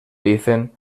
dicen